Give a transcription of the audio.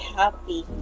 happy